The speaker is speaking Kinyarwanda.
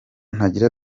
ntagira